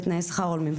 לתנאי שכר הולמים,